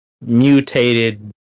mutated